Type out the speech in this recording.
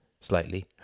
slightly